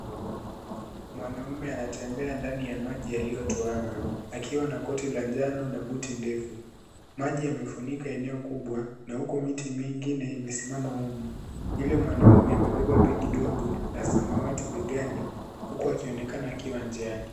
Mwanaume anatembea ndani ya maji yaliyo tuwama akiwa na koti ya njano na buti ndefu, maji yamefumika eneo kubwa na huku miti mingi imesimama wima ili mwanaume amebeba begi dogo la samawati begani huku akionekana akiwa njiani.